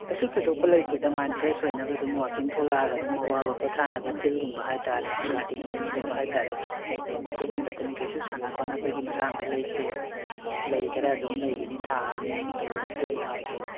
ꯀꯩꯁꯨ ꯊꯣꯏꯗꯣꯛꯄ ꯂꯩꯇꯦꯗ ꯃꯥꯏꯟ ꯐ꯭ꯔꯦꯁ ꯑꯣꯏꯅꯕ ꯑꯗꯨꯝ ꯋꯥꯀꯤꯡ ꯊꯣꯂꯛꯑꯒ ꯑꯗꯩꯝ ꯑꯋꯥ ꯄꯣꯊꯅꯕ ꯐꯤꯜꯒꯨꯝꯕ ꯍꯥꯏꯇꯥꯔꯦ ꯒꯥꯔꯗꯦꯟꯒꯨꯝꯕ ꯍꯥꯏꯇꯥꯔꯦ ꯑꯗꯣ ꯑꯗꯨꯒꯨꯝꯕꯗꯨꯅꯤ ꯀꯩꯁꯨ ꯁꯥꯟꯅ ꯈꯣꯠꯅꯕꯒꯤ ꯃꯇꯥꯡꯗ ꯂꯩꯇꯦ ꯂꯩ ꯈꯔ ꯑꯗꯨꯝ ꯂꯩꯒꯅꯤ ꯊꯥꯒꯅꯤ ꯑꯗꯣ ꯑꯗꯨꯃꯉꯥꯏ ꯀꯩꯅꯣ